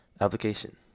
Application